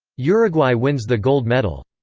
uruguay wins the gold medal.